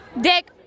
Dick